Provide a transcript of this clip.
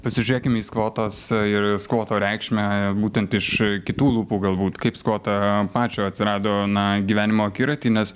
pasižiūrėkim į skvotos ir skvoto reikšmę būtent iš kitų lūpų galbūt kaip skotą pačio atsirado na gyvenimo akiraty nes